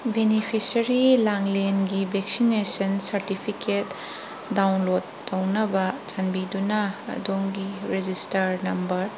beneficiary ꯂꯥꯡꯂꯦꯟꯒꯤ vaccination certificate download ꯇꯧꯅꯕ ꯆꯥꯟꯕꯤꯗꯨꯅ ꯑꯗꯣꯝꯒꯤ ꯔꯦꯖꯤꯁꯇꯔ ꯅꯝꯕꯔ